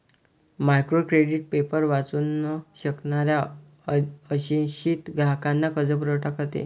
micro credit paper वाचू न शकणाऱ्या अशिक्षित ग्राहकांना कर्जपुरवठा करते